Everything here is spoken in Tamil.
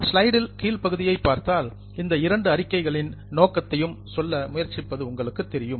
ஸ்லைடில் கீழ்பகுதியை பார்த்தால் இந்த இரண்டு அறிக்கைகளின் நோக்கத்தையும் சொல்ல முயற்சிப்பது உங்களுக்கு தெரியவரும்